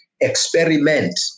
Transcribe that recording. experiment